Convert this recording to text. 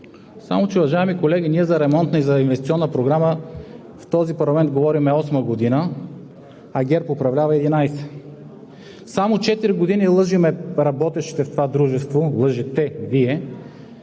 Само че, уважаеми колеги, ние за Ремонтна и за Инвестиционна програма в този парламент говорим осма година, а ГЕРБ управлява 11. Само четири години лъжем работещите в това дружество – лъжете Вие,